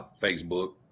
Facebook